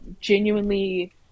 genuinely